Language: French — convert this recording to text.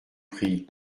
prie